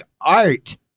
art